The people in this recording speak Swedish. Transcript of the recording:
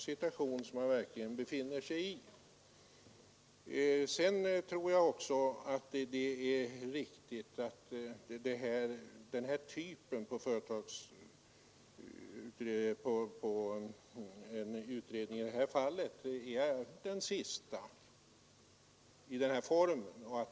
Jag tror också att det är riktigt att den här typen av utredningar blir den sista i den här formen.